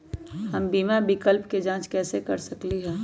हम बीमा विकल्प के जाँच कैसे कर सकली ह?